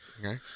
Okay